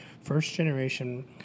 first-generation